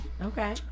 Okay